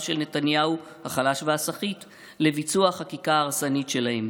של נתניהו החלש והסחיט לביצוע החקיקה ההרסנית שלהם.